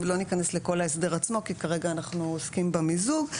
לא ניכנס לכל ההסדר עצמו כי כרגע אנחנו עוסקים במיזוג.